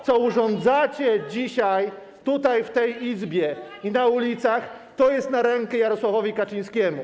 Bo to, co urządzacie dzisiaj tutaj, w tej Izbie, i na ulicach, jest na rękę Jarosławowi Kaczyńskiemu.